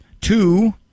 Two